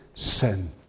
sin